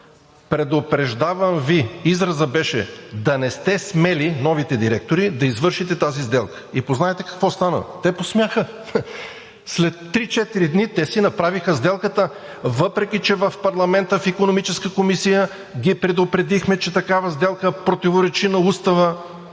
„Предупреждавам Ви!“ Изразът беше: „Да не сте смели – новите директори, да извършите тази сделка!“ И познайте какво стана. Те посмяха. След три-четири дни си направиха сделката, въпреки че в парламента в Икономическата комисия ги предупредихме, че такава сделка противоречи на устава